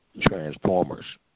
transformers